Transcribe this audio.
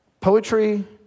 poetry